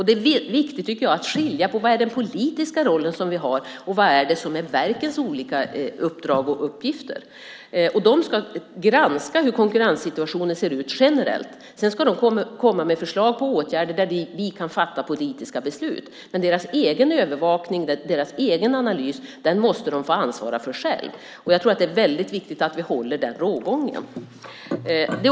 Det är viktigt att skilja mellan den politiska roll som vi har och det som är verkets uppdrag och uppgifter. Verket ska granska hur konkurrenssituationen ser ut generellt. Sedan ska man komma med förslag på åtgärder som vi kan fatta politiska beslut om. Men deras egen övervakning och deras egen analys måste de själv få ansvara för. Jag tror att det är väldigt viktigt att vi håller den rågången.